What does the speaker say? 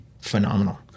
phenomenal